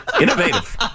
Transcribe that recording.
Innovative